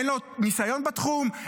אין לו ניסיון בתחום,